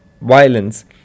violence